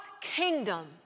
kingdom